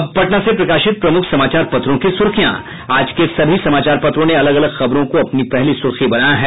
अब पटना से प्रकाशित प्रमुख समाचार पत्रों की सुर्खियां आज के सभी समाचार पत्रों ने अलग अलग खबरों को अपनी पहली सूर्खी बनायी है